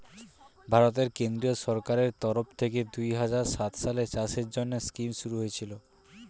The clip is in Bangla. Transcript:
ভারতের কেন্দ্রীয় সরকারের তরফ থেকে দুহাজার সাত সালে চাষের জন্যে স্কিম শুরু হয়েছিল